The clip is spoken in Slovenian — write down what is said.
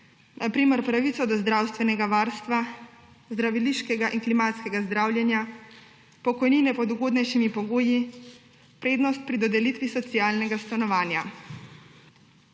na primer pravico do zdravstvenega varstva, zdraviliškega in klimatskega zdravljenja, pokojnine pod ugodnejšimi pogoji, prednost pri dodelitvi socialnega stanovanja.